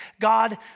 God